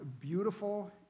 beautiful